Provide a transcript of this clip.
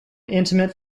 intimate